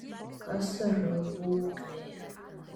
kas yra lūgnė